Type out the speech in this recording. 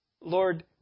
Lord